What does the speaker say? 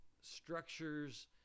structures